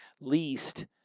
least